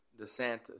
DeSantis